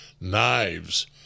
knives